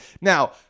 Now